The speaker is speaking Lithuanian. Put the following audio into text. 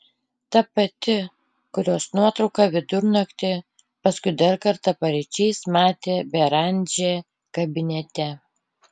ta pati kurios nuotrauką vidurnaktį paskui dar kartą paryčiais matė beranžė kabinete